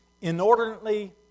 inordinately